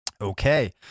okay